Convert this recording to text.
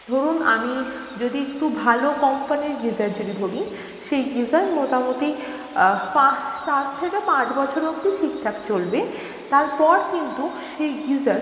ধরুন আমি যদি একটু ভালো কম্পানির গিজার যদি ধরি সেই গিজার মোটামতি পা চার থেকে পাঁচ বছর অবদি ঠিকঠাক চলবে তার পর কিন্তু সেই গিজার